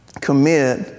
commit